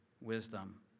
wisdom